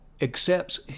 accepts